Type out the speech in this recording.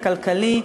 הכלכלי,